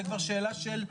זאת כבר שאלה של מידה,